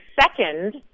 second